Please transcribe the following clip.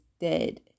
dead